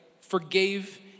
forgave